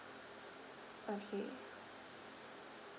okay